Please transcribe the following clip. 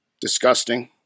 Disgusting